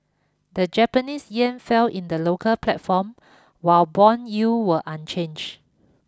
the Japanese yen fell in the local platform while bond yields were unchange